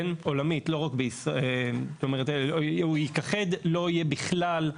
עולמית, זאת אומרת הוא ייכחד ולא יהיה בכלל.